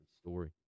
story